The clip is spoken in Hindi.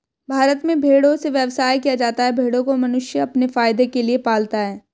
भारत में भेड़ों से व्यवसाय किया जाता है भेड़ों को मनुष्य अपने फायदे के लिए पालता है